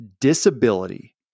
disability